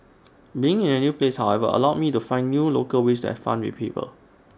being in A new place however allowed me to find new local ways to have fun with people